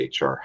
HR